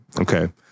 okay